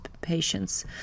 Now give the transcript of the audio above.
patients